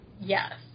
Yes